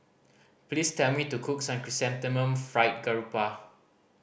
please tell me to cook Chrysanthemum Fried Garoupa